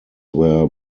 were